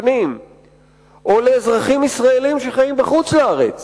הפנים או לאזרחים ישראלים שחיים בחוץ-לארץ